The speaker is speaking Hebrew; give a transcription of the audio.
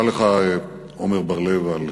תודה לך, עמר בר-לב, על